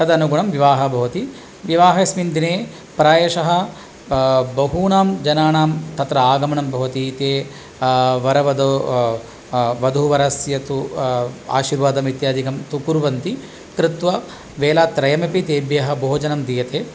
तदनुगुणं विवाहः भवति विवाहेस्मिन् दिने प्रायशः बहूनां जनानां तत्र आगनमं भवति ते वरवधौ वधुवरस्य तु आशीर्वादम् इत्यादिकं तु कुर्वन्ति कृत्वा वेलात्रयमपि तेभ्यः भोजनं दीयते